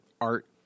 art